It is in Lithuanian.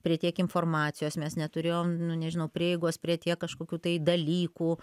prie tiek informacijos mes neturėjom nu nežinau prieigos prie tiek kažkokių tai dalykų